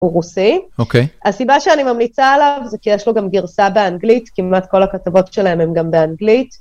אוקיי הסיבה שאני ממליצה עליו זה כי יש לו גם גרסה באנגלית כמעט כל הכתבות שלהם הם גם באנגלית.